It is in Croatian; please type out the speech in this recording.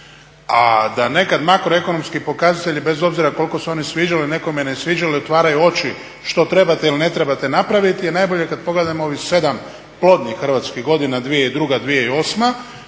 a da nekad makroekonomski pokazatelji bez obzira koliko se oni sviđali nekom ili ne sviđali otvaraju oči što trebate ili ne trebate napraviti je najbolje kad pogledamo ovih 7 plodnih hrvatskih godina, 2002.-2008.